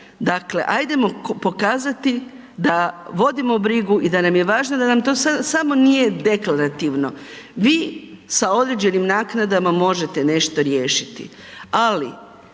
Dakle, hajdemo pokazati da vodimo brigu i da nam je važno da nam to samo nije deklarativno. Vi sa određenim naknadama možete nešto riješiti, ali